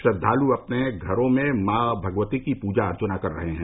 श्रद्वालु अपने अपने घरो में माँ भगवती की पूजा अर्चना कर रहे हैं